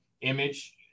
image